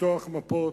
לפתוח מפות,